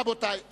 רבותי,